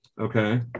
Okay